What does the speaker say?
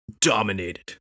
Dominated